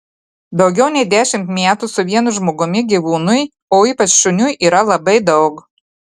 daugiau nei dešimt metų su vienu žmogumi gyvūnui o ypač šuniui yra labai daug